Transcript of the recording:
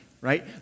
right